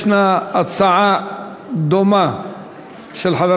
יש הצעה דומה של חבר